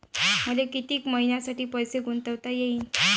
मले कितीक मईन्यासाठी पैसे गुंतवता येईन?